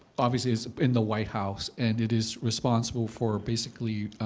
obviously, is in the white house. and it is responsible for, basically,